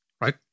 right